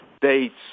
dates